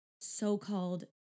so-called